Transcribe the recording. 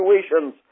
situations